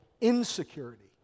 insecurity